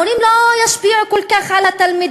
המורים לא ישפיעו כל כך על התלמידים.